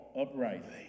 uprightly